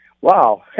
Wow